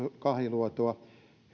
kahiluotoa